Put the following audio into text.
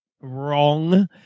wrong